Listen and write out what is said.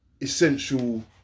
essential